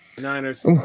Niners